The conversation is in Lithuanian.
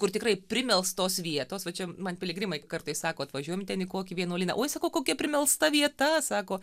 kur tikrai primelstos vietos va čia man piligrimai kartais sako atvažiuojam ten į kokį vienuolyną oi sako kokia primelsta vieta sako